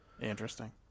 Interesting